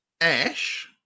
ash